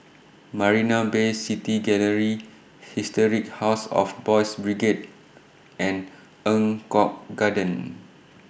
Marina Bay City Gallery Historic House of Boys' Brigade and Eng Kong Garden